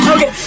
Okay